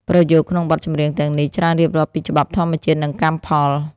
ប្រយោគក្នុងបទចម្រៀងទាំងនេះ ច្រើនរៀបរាប់ពីច្បាប់ធម្មជាតិ និងកម្មផល។